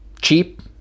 cheap